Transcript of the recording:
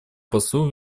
послу